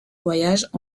voyages